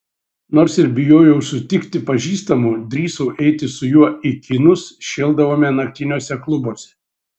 nors ir bijojau sutikti pažįstamų drįsau eiti su juo į kinus šėldavome naktiniuose klubuose